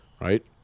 right